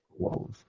close